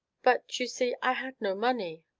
but, you see, i had no money.